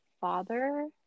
father